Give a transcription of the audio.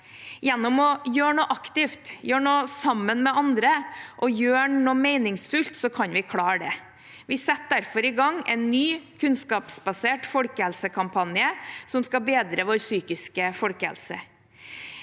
Gjennom å gjøre noe aktivt, gjøre noe sammen med andre og gjøre noe meningsfullt kan vi klare det. Vi setter derfor i gang en ny kunnskapsbasert folkehelsekampanje som skal bedre vår psykiske folkehelse.